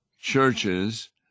churches